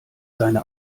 seine